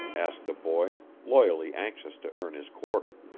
asked the boy, loyally anxious to earn his quarter.